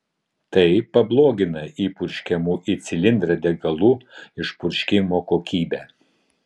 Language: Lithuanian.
tai pablogina įpurškiamų į cilindrą degalų išpurškimo kokybę